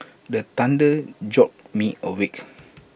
the thunder jolt me awake